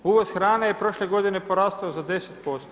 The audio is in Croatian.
Uvoz hrane je prošle godine porastao za 10%